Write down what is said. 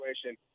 situation